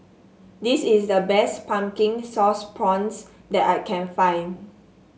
this is the best Pumpkin Sauce Prawns that I can find